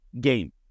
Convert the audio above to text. game